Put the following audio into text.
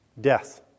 Death